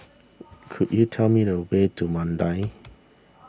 could you tell me the way to Mandai